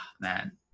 man